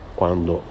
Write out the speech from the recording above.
quando